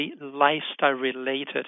lifestyle-related